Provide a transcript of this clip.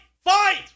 Fight